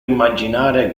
immaginare